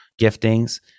giftings